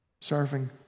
serving